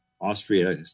Austria